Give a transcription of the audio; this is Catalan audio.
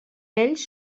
ells